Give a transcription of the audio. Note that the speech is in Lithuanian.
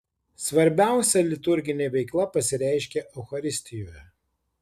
svarbiausia liturginė veikla pasireiškia eucharistijoje